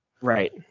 Right